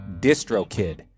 DistroKid